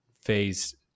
phase